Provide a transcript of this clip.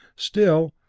still,